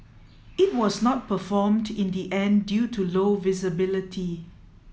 it was not performed in the end due to low visibility